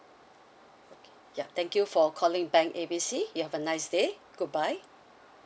okay ya thank you for calling bank A B C you have a nice day goodbye